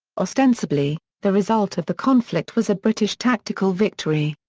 ostensibly, the result of the conflict was a british tactical victory.